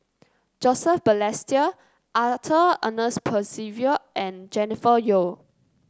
Joseph Balestier Arthur Ernest Percival and Jennifer Yeo